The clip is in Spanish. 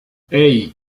hey